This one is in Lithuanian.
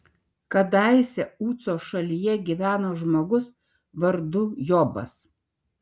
kadaise uco šalyje gyveno žmogus vardu jobas